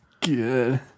Good